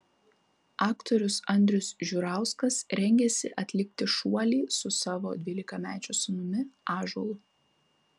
aktorius andrius žiurauskas rengiasi atlikti šuolį su savo dvylikamečiu sūnumi ąžuolu